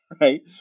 right